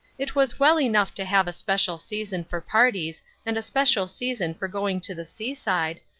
it was well enough to have a special season for parties, and a special season for going to the sea-side,